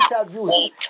interviews